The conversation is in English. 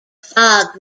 fog